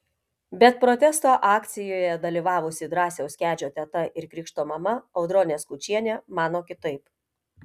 bet protesto akcijoje dalyvavusi drąsiaus kedžio teta ir krikšto mama audronė skučienė mano kitaip